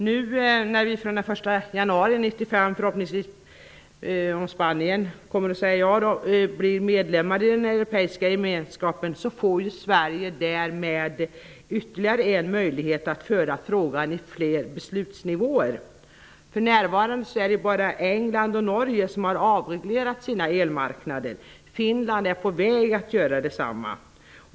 Nu när vi från den 1 januari förhoppningsvis, om Spanien säger ja, blir medlemmar i den europeiska gemenskapen får Sverige ytterligare en möjlighet att föra frågan på flera beslutsnivåer. För närvarande är det bara England och Norge som har avreglerat sina elmarknader. Finland är på väg att göra detsamma.